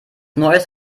neues